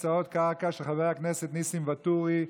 הקצאות קרקע), של חבר הכנסת ניסים ואטורי.